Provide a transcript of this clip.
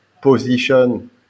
position